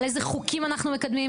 על איזה חוקים אנחנו מקדמים,